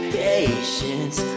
patience